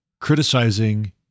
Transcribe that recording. criticizing